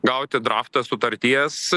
gauti draftą sutarties